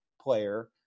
player